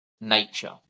nature